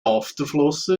afterflosse